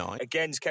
Again